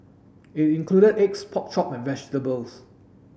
it included eggs pork chop and vegetables